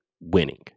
winning